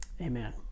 Amen